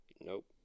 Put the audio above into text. Nope